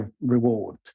reward